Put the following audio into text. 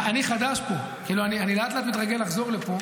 אני חדש פה, אני לאט-לאט מתרגל לחזור לפה.